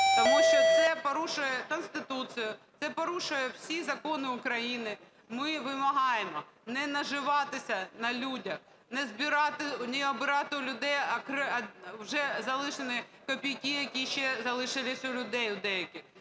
Тому що це порушує Конституцію, це порушує всі закони України. Ми вимагаємо не наживатися на людях, не оббирати у людей вже залишені копійки, які ще залишились у людей у деяких.